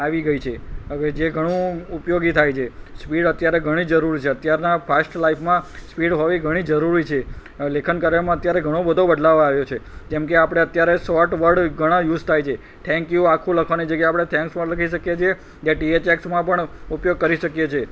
આવી ગઈ છે હવે જે ઘણું ઉપયોગી થાય છે સ્પીડ અત્યારે ઘણી જરૂર છે અત્યારના ફાસ્ટ લાઈફમાં સ્પીડ હોવી ઘણી જરૂરી છે અ લેખન કાર્યમાં અત્યારે ઘણો બધો બદલાવ આવ્યો છે જેમ કે આપણે અત્યારે સોર્ટ વર્ડ ઘણા યુસ થાય છે થેન્ક યુ આખું લખવાની જગ્યાએ આપણે થેંક્સ પણ લખી શકીએ છીએ જે ટીએચએક્સમાં પણ ઉપયોગ કરી શકીએ છીએ